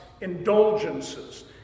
Indulgences